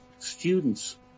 Students